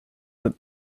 that